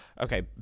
okay